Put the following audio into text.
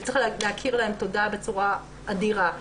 וצריך להכיר להן תודה בצורה אדירה.